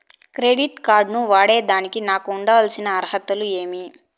Credit card ను వాడేదానికి నాకు ఉండాల్సిన అర్హతలు ఏమి?